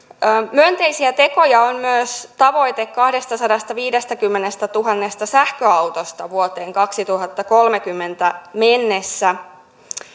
myönteisiä tekoja on myös tavoite kahdestasadastaviidestäkymmenestätuhannesta sähköautosta vuoteen kaksituhattakolmekymmentä mennessä